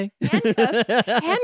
handcuffs